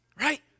Right